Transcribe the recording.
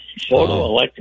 photoelectric